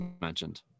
mentioned